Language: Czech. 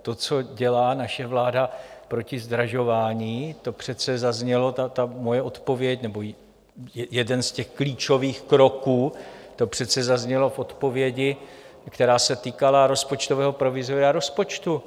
To, co dělá naše vláda proti zdražování, to přece zaznělo, moje odpověď nebo jeden z těch klíčových kroků, to přece zaznělo v odpovědi, která se týkala rozpočtového provizoria, rozpočtu.